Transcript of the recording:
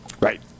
Right